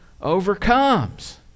Overcomes